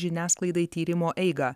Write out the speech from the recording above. žiniasklaidai tyrimo eigą